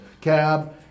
cab